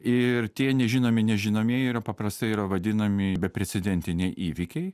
ir tie nežinomi nežinomieji yra paprastai yra vadinami beprecedentiniai įvykiai